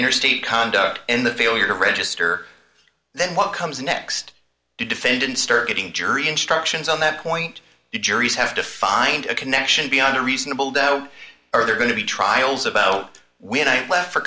interstate condo in the failure to register then what comes next defendant start getting jury instructions on that point the juries have to find a connection beyond a reasonable doubt or they're going to be trials about oh we had i left for